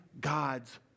God's